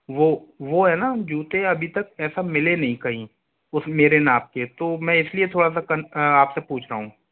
वो वो हैं ना जूते अभी तक ऐसा मिले नहीं कहीं उस मेरे नाप के तो मैं इसलिए थोड़ा सा कन आपसे पूछ रहा हूँ